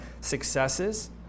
successes